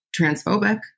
transphobic